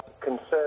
concern